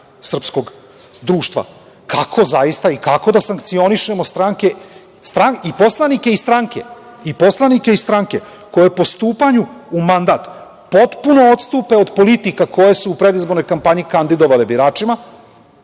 srpskog društva? Kako, zaista? I kako da sankcionišemo i poslanike i stranke koje po stupanju u mandat potpuno odstupe od politika koje su u predizbornoj kampanji kandidovale biračima,